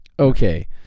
Okay